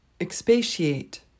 expatiate